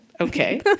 okay